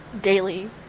Daily